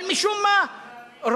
אבל משום מה,